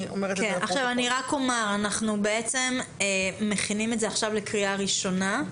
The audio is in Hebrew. אני רק אומרת שאנחנו מכינים את זה לקריאה ראשונה,